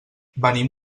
venim